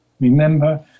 Remember